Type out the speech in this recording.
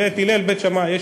בית הלל ובית שמאי,